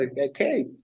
Okay